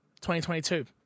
2022